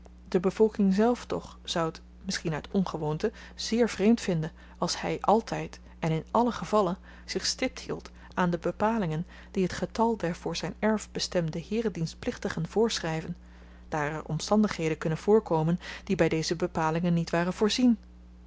de bevolking zelf toch zou t misschien uit ongewoonte zeer vreemd vinden als hy altyd en in alle gevallen zich stipt hield aan de bepalingen die t getal der voor zyn erf bestemde heeredienstplichtigen voorschryven daar er omstandigheden kunnen voorkomen die by deze bepalingen niet waren voorzien